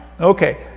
Okay